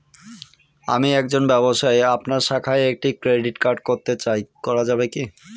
আমি একজন ব্যবসায়ী আপনার শাখায় একটি ক্রেডিট কার্ড করতে চাই করা যাবে কি?